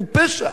הוא פשע.